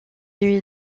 lui